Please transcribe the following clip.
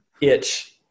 itch